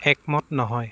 একমত নহয়